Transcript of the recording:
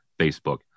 Facebook